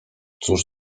cóż